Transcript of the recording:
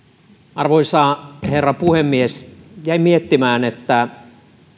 arvoisa herra puhemies jäin miettimään